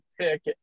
pick –